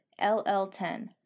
LL10